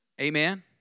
Amen